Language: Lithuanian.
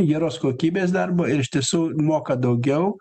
geros kokybės darbo ir iš tiesų moka daugiau